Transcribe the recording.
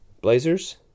Blazers